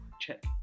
check